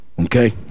Okay